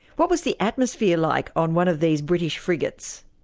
what was the atmosphere like on one of these british frigates?